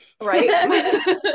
right